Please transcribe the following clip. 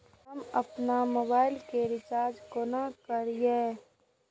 हम आपन मोबाइल के रिचार्ज केना करिए?